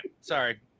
Sorry